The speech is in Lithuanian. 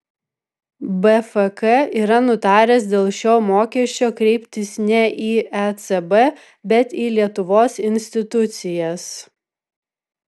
bfk yra nutaręs dėl šio mokesčio kreiptis ne į ecb bet į lietuvos institucijas